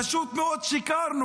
פשוט מאוד שיקרנו.